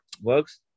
works